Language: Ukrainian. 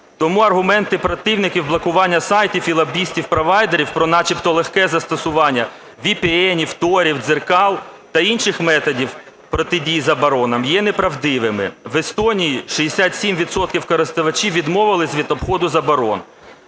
Тому аргументи противників блокування сайтів і лобістів провайдерів про начебто легке застосування VPN, Tor, дзеркал та інших методів протидії заборонам є неправдивими. В Естонії 67 відсотків користувачів відмовились від обходу заборон.